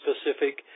specific